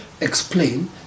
explain